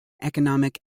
economic